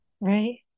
Right